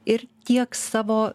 ir tiek savo